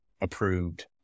approved